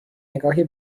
نگاهی